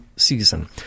season